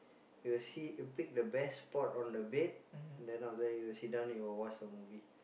he will see he'll pick the best spot on the bed then after that will sit down he will watch the movie